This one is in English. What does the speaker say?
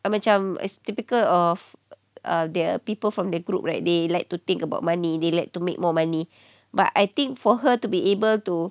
macam is typical of err they're people from their group right they like to think about money they like to make more money but I think for her to be able to